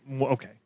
Okay